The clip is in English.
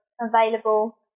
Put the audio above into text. available